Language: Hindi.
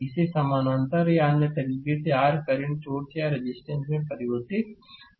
इसे समानांतर या अन्य तरीके से R करंट सोर्स या रेजिस्टेंसR में परिवर्तित कर सकता है